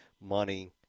money